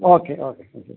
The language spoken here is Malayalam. ഓക്കെ ഓക്കെ ആ ശരി